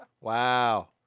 Wow